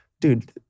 dude